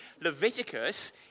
Leviticus